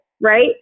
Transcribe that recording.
right